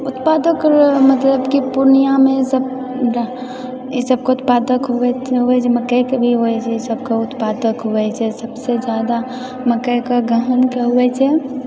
उत्पादक मतलब कि पूर्णियामे सब ई सबके उत्पादक हुए छै मकइके भी हुए छै ई सबके उत्पादक हुए छै सबसँ जादा मकइके गहूँमके हुए छै